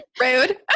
rude